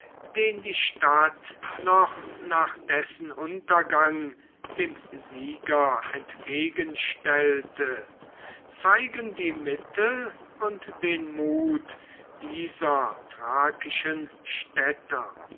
den die stadt noch nach dessen untergang dem sieger entgegenstellte zeigen die mittel und den mut dieser thrakischen städter